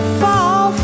fall